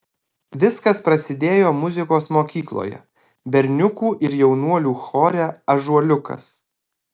viskas prasidėjo muzikos mokykloje berniukų ir jaunuolių chore ąžuoliukas